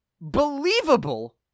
believable